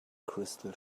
crystal